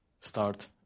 start